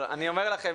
אבל אני אומר לכם,